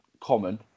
common